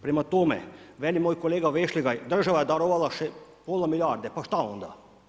Prema tome, meni moj kolega Vešligaj, država je darovala pola milijarde, pa šta onda?